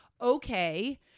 Okay